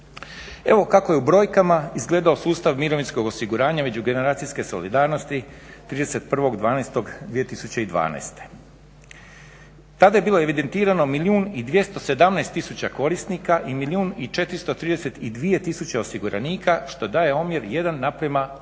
Evo kako je u brojkama izgledao sustav mirovinskog osiguranja međugeneracijske solidarnosti 31.12.2012. Tada je bilo evidentirano milijun i 217 tisuća korisnika i milijun i 432 tisuće osiguranika što daje omjer 1:1,18.